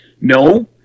No